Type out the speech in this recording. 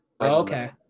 okay